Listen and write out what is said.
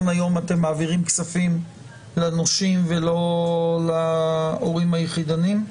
היום אתם מעבירים כספים לנושים ולא להורים היחידניים?